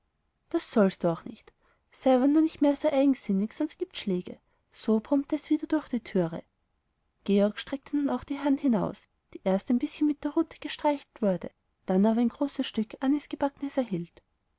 das sollst du auch nicht sei aber nur nicht mehr eigensinnig sonst gibt's schläge so brummte es wieder durch die türe georg streckte nun auch die hand hinaus die erst ein bißchen mit der rute gestreichelt wurde dann aber ein großes stück anisgebacknes erhielt